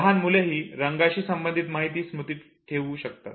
लहान मुलेही रंगाशी संबंधित माहिती स्मृतींत ठेवू शकतात